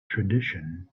tradition